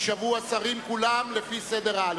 יישבעו השרים כולם לפי סדר האל"ף-בי"ת.